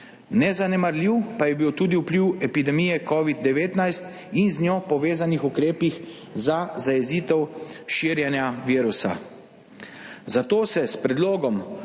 Nezanemarljiv pa je bil tudi vpliv epidemije covida-19 in z njo povezanih ukrepov za zajezitev širjenja virusa,